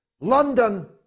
London